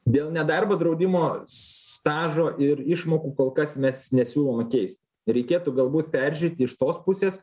dėl nedarbo draudimo stažo ir išmokų kol kas mes nesiūlom keist reikėtų galbūt peržiūrėti iš tos pusės